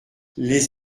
les